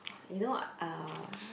you know uh